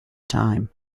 time